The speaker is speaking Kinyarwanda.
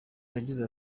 yagize